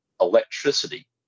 electricity